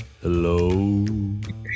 Hello